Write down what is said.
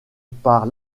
par